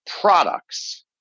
products